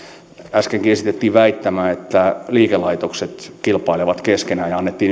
äskenkin esitettiin väittämä että liikelaitokset kilpailevat keskenään ja annettiin